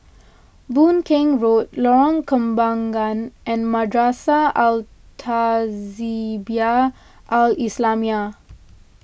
Boon Keng Road Lorong Kembagan and Madrasah Al Tahzibiah Al Islamiah